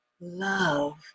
Love